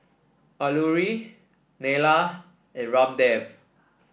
Alluri Neila and Ramdev